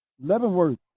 Leavenworth